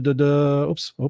oops